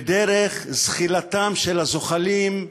ודרך זחילתם של הזוחלים.